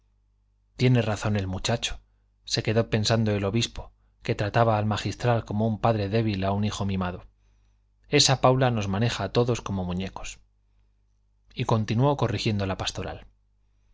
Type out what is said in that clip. tiene razón el muchacho se quedó pensando el obispo que trataba al magistral como un padre débil a un hijo mimado esa paula nos maneja a todos como muñecos y continuó corrigiendo la pastoral